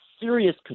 serious